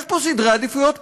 יש פה סדרי עדיפויות פוליטיים.